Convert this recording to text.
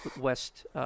West